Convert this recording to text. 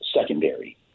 secondary